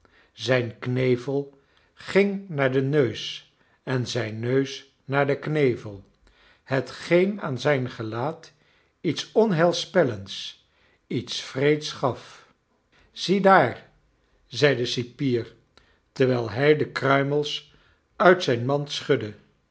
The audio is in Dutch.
zijn knevel ging naai den neus en zijn neus naar den knevel hetgeen aan zijn gelaat iets onheilspellends iets wreeds gaf ziedaar zei de cipier terwijl hij de kruimels uit zijn mand schudde